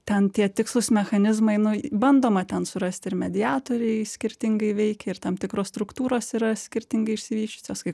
ten tie tikslūs mechanizmai nu bandoma ten surasti ir mediatoriai skirtingai veikia ir tam tikros struktūros yra skirtingai išsivysčiusios kai